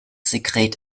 sekret